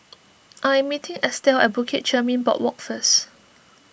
I am meeting Estelle at Bukit Chermin Boardwalk first